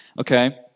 okay